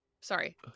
Sorry